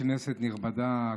כנסת נכבדה,